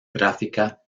gráfica